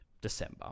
December